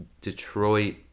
Detroit